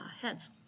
heads